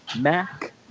Mac